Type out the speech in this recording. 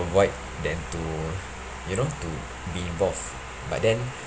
avoid than to you know to be involved but then